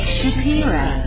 Shapiro